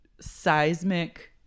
seismic